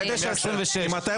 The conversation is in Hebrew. עד 9:26. (הישיבה נפסקה בשעה 09:21